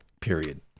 period